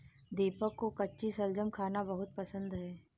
दीपक को कच्ची शलजम खाना बहुत पसंद है